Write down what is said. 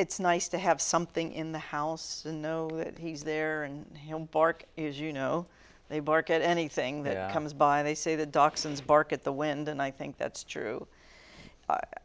it's nice to have something in the house and know that he's there and him bark is you know they bark at anything that comes by they say the docks and bark at the wind and i think that's true